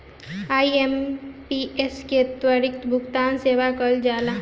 IMPS के त्वरित भुगतान सेवा कहल जाला